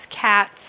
cats